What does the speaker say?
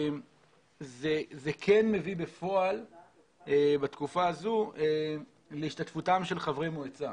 זה כן מביא בפועל בתקופה הזו להשתתפותם של חברי מועצה.